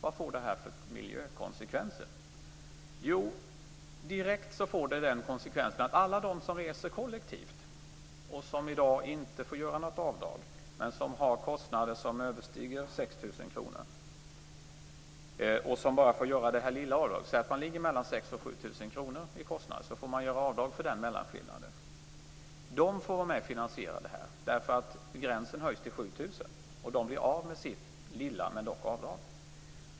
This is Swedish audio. Vad får det här för miljökonsekvenser? Jo, det får en direkt konsekvens för alla dem som reser kollektivt och som i dag inte får göra något avdrag men som har kostnader som överstiger 6 000 kr. Det gäller alltså dem som bara får göra det här lilla avdraget. Låt oss säga att man ligger mellan 6 000 kr och 7 000 kr i kostnad och då får göra avdrag för den mellanskillnaden. Dessa personer får vara med och finansiera det här. Gränsen höjs till 7 000 kr, och de blir av med sitt - lilla men dock - avdrag.